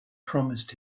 promised